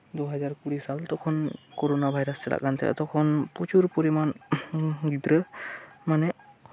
ᱵᱟᱨ ᱥᱟᱥᱟᱭ ᱵᱟᱨ ᱜᱮᱞ ᱥᱟᱞ ᱛᱚᱠᱷᱚᱱ ᱠᱳᱨᱳᱱᱟ ᱵᱷᱟᱭᱨᱟᱥ ᱪᱟᱞᱟᱜ ᱠᱟᱱ ᱛᱟᱸᱦᱮᱱ ᱛᱚᱠᱷᱚᱱ ᱯᱨᱚᱪᱩᱨ ᱯᱚᱨᱤᱢᱟᱱ ᱜᱤᱫᱽᱨᱟᱹ ᱢᱟᱱᱮ